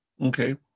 Okay